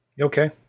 Okay